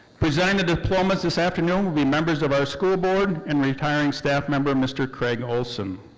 presenting the diplomas this afternoon will be members of our school board and retiring staff member, mr. craig olson.